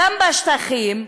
גם בשטחים,